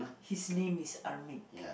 his name is Armik